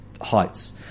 heights